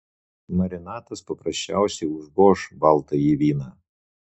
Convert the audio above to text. marinatas paprasčiausiai užgoš baltąjį vyną